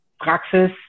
praxis